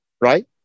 Right